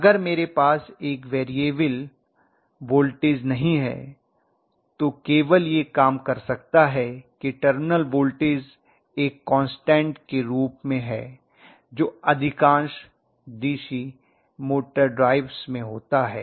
अगर मेरे पास एक वैरिएबल वोल्टेज नहीं है तो केवल यह काम कर सकता है कि टर्मिनल वोल्टेज एक कान्स्टन्ट के रूप में है जो अधिकांश डीसी मोटर ड्राइव्स में होता है